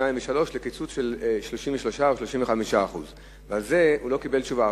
2% או 3% לקיצוץ של 33% או 35%. על זה הוא לא קיבל תשובה.